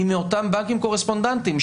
הוא מאותם בנקים קורספונדנטים.